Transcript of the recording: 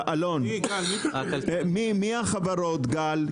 מי החברות, גל?